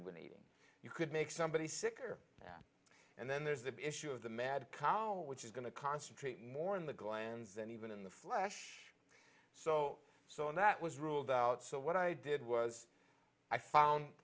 would eating you could make somebody sicker that and then there's the issue of the mad cow which is going to concentrate more in the glands and even in the flesh so so and that was ruled out so what i did was i found